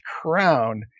crown